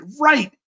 right